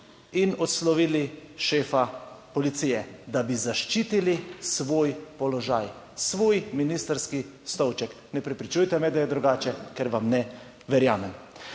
in odslovili šefa policije, da bi zaščitili svoj položaj, svoj ministrski stolček. Ne prepričujte me, da je drugače, ker vam ne verjamem.